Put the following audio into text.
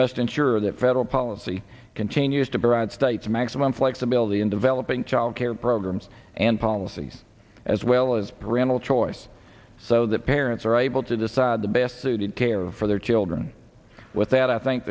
must ensure that federal policy continues to be around states maximum flexibility in developing child care programs and policies as well as parental choice so that parents are able to decide the best suited care for their children with that i think